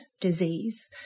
disease